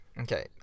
Okay